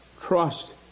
trust